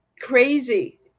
crazy